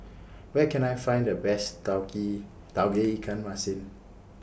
Where Can I Find The Best Tauge Tauge Ikan Masin